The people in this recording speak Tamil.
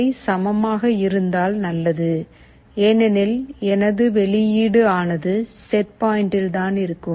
அவை சமமாக இருந்தால் நல்லது ஏனெனில் எனது வெளியீடு ஆனது செட் பாயிண்ட்டில் தான் இருக்கும்